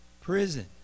prison